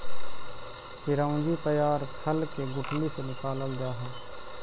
चिरौंजी पयार फल के गुठली से निकालल जा हई